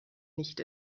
nicht